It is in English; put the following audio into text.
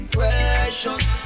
Precious